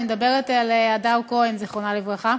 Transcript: אני מדברת על הדר כהן, זיכרונה לברכה.